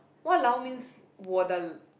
!walao! means 我的